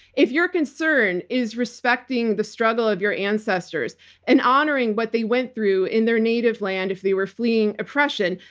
if your concern is respecting the struggle of your ancestors and honoring what they went through in their native land if they were fleeing oppression,